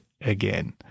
again